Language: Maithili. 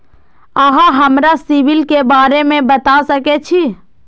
अहाँ हमरा सिबिल के बारे में बता सके छी?